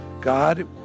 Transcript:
God